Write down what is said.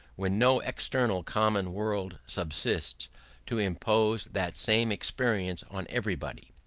when no external common world subsists to impose that same experience on everybody.